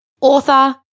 author